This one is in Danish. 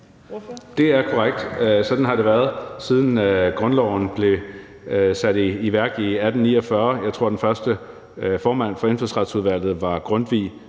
Det er korrekt. Sådan har det været, siden grundloven blev sat i værk i 1849. Jeg tror, den første formand for Indfødsretsudvalget var Grundtvig